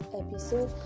episode